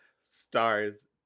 stars